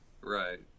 Right